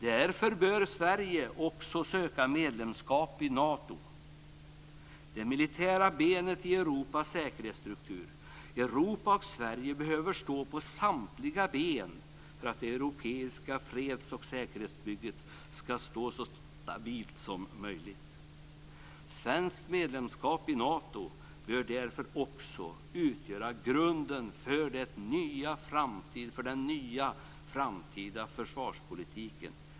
Därför bör Sverige också söka medlemskap i Nato, det militära benet i Europas säkerhetsstruktur. Europa och Sverige behöver stå på samtliga ben för att det europeiska freds och säkerhetsbygget ska stå så stabilt som möjligt. Svenskt medlemskap i Nato bör därför också utgöra grunden för den nya framtida försvarspolitiken.